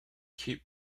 keep